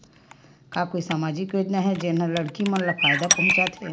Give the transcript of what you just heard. का कोई समाजिक योजना हे, जेन हा लड़की मन ला फायदा पहुंचाथे?